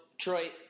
Troy